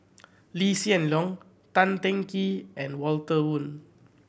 Lee Hsien Loong Tan Teng Kee and Walter Woon